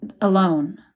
alone